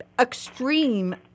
extreme